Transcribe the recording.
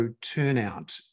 turnout